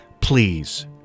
please